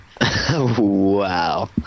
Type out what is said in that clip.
Wow